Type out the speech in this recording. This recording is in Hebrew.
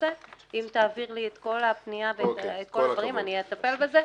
אם תעביר לי את הפרטים אטפל בזה,